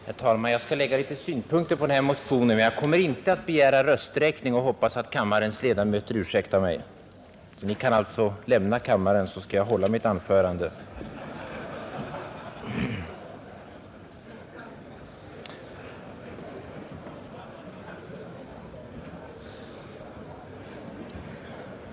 Herr talman! Jag skall lägga några synpunkter på den motion som väckts i det här ärendet, men jag kommer inte att begära rösträkning och hoppas att kammarens ledamöter ursäktar mig; ni kan alltså lämna kammaren, så skall jag hålla mitt anförande!